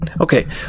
Okay